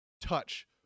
touch